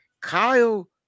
Kyle